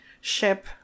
ship